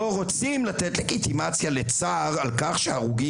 לא רוצים לתת לגיטימציה לצער על כך שהרוגים